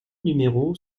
numéro